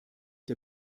der